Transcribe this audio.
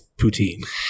poutine